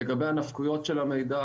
לגבי הנפקויות של המידע,